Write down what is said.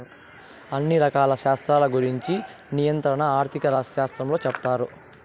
అన్ని రకాల శాస్త్రాల గురుంచి నియంత్రణ ఆర్థిక శాస్త్రంలో సెప్తారు